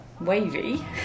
wavy